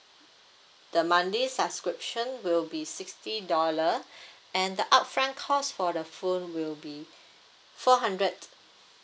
the monthly subscription will be sixty dollar and the upfront cost for the phone will be four hundred